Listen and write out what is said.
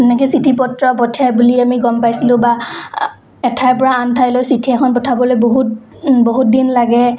এনেকে চিঠি পত্ৰ পঠিয়াই বুলি আমি গম পাইছিলোঁ বা এঠাইৰ পৰা আনঠাইলৈ চিঠি এখন পঠাবলৈ বহুত বহুত দিন লাগে